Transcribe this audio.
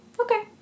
Okay